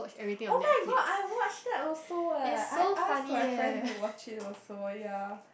oh-my-god I watched that also eh I asked my friend to watch it also ya